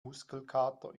muskelkater